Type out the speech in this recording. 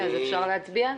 אז אפשר להצביע?